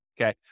okay